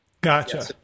Gotcha